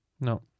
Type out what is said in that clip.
No